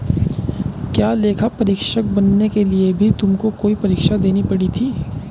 क्या लेखा परीक्षक बनने के लिए भी तुमको कोई परीक्षा देनी पड़ी थी?